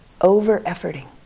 over-efforting